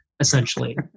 essentially